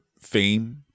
fame